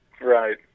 Right